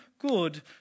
good